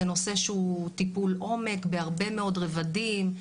זה נושא שהוא טיפול עומק בהרבה מאוד רבדים.